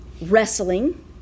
wrestling